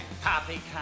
Poppycock